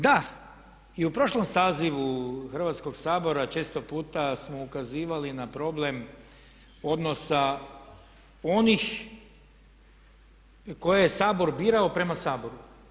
Da i u prošlom sazivu Hrvatskog sabora često puta smo ukazivali na problem odnosa onih koje je Sabor birao prema Saboru.